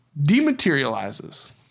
dematerializes